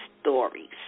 stories